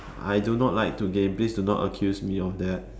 I do not like to game please do not accuse me of that